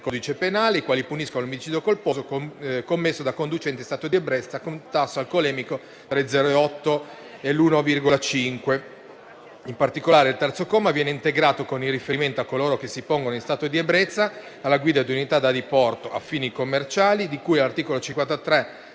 codice penale, i quali puniscono l'omicidio colposo commesso da conducente in stato di ebbrezza con tasso alcolemico tra 0,8 e 1,5 grammi per litro. In particolare, il terzo comma viene integrato con il riferimento a coloro che si pongono in stato di ebbrezza alla guida di unità da diporto a fini commerciali di cui all'articolo